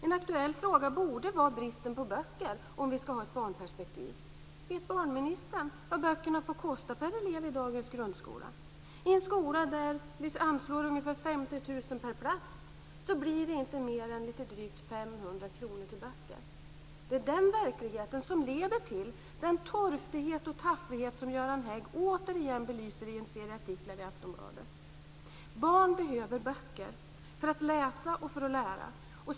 En aktuell fråga borde vara bristen på böcker, om vi ska ha ett barnperspektiv. Vet barnministern vad böckerna får kosta per elev i dagens grundskola? I en skola där vi anslår ungefär 50 000 kr per plats blir det inte mer än lite drygt 500 kr till böcker. Det är den verkligheten som leder till den torftighet och tafflighet som Göran Hägg återigen belyser i en serie artiklar i Aftonbladet. Barn behöver böcker, för att läsa och för att lära.